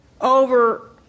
over